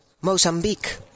Mozambique